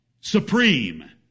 supreme